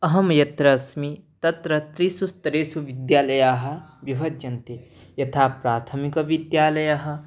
अहं यत्र अस्मि तत्र त्रिषु स्तरेषु विद्यालयाः विभज्यन्ते यथा प्राथमिकविद्यालयः